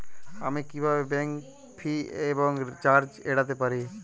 আমি কিভাবে bank fee এবং চার্জ এড়াতে পারি?